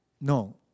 no